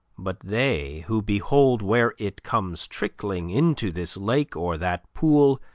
but they who behold where it comes trickling into this lake or that pool,